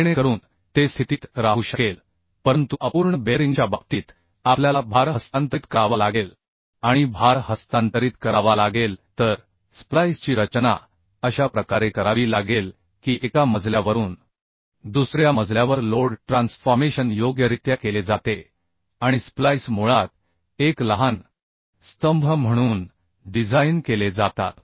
जेणेकरून ते स्थितीत राहू शकेल परंतु अपूर्ण बेअरिंगच्या बाबतीत आपल्याला भार हस्तांतरित करावा लागेल आणि भार हस्तांतरित करावा लागेल तर स्प्लाइसची रचना अशा प्रकारे करावी लागेल की एका मजल्यावरून दुसऱ्या मजल्यावर लोड ट्रान्सफॉर्मेशन योग्यरित्या केले जाते आणि स्प्लाइस मुळात एक लहान स्तंभ म्हणून डिझाइन केले जातात